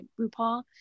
RuPaul